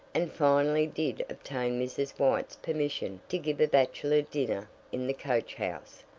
and finally did obtain mrs. white's permission to give a bachelor dinner in the coach house.